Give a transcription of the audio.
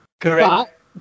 Correct